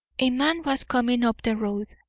a man was coming up the road,